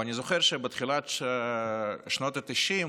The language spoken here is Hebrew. ואני זוכר שבתחילת שנות התשעים,